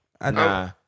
Nah